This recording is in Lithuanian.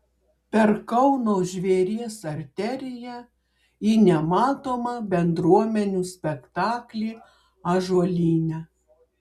per kauno žvėries arteriją į nematomą bendruomenių spektaklį ąžuolyne